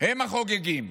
הם החוגגים.